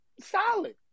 solid